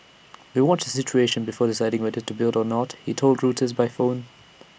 we'll watch the situation before deciding whether to build or not he told Reuters by phone